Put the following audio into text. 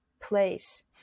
place